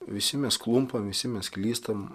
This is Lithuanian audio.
visi mes klumpam visi mes klystam